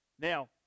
Now